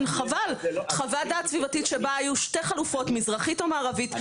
חוות דעת סביבתית שבה היו שתי חלופות מזרחית ומערבית,